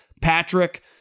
Patrick